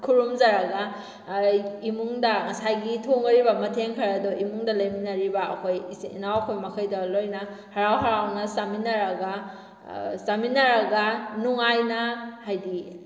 ꯈꯨꯔꯨꯝꯖꯔꯒ ꯏꯃꯨꯡꯗ ꯉꯁꯥꯏꯒꯤ ꯊꯣꯡꯉꯛꯏꯕ ꯃꯊꯦꯜ ꯈꯔꯗꯣ ꯏꯃꯨꯡꯗ ꯂꯩꯃꯤꯟꯅꯔꯤꯕ ꯑꯩꯈꯣꯏ ꯏꯆꯤꯜ ꯏꯅꯥꯎ ꯑꯩꯈꯣꯏ ꯃꯈꯩꯗꯣ ꯂꯣꯏꯅ ꯍꯔꯥꯎ ꯍꯔꯥꯎꯅ ꯆꯥꯃꯤꯟꯅꯔꯒ ꯆꯥꯃꯤꯟꯅꯔꯒ ꯅꯨꯡꯉꯥꯏꯅ ꯍꯥꯏꯗꯤ